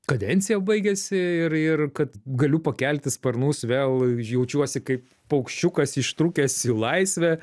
kadencija baigėsi ir ir kad galiu pakelti sparnus vėl jaučiuosi kaip paukščiukas ištrūkęs į laisvę